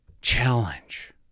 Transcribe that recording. Challenge